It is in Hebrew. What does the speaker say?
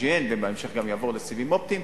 ובהמשך גם יעבור לסיבים אופטיים.